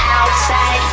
outside